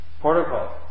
protocol